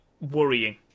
worrying